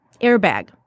airbag